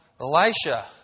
Elisha